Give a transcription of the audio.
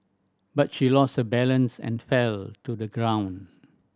but she lost her balance and fell to the ground